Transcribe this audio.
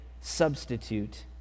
substitute